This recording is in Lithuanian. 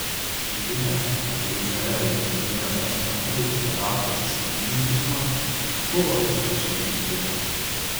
žinia apie izraelio premjero ehudo barako atsistatydinimą buvo ypač netikėta